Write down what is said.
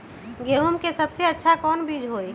गेंहू के सबसे अच्छा कौन बीज होई?